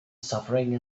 suffering